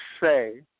say